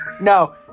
no